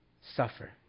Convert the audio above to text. Suffer